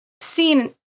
seen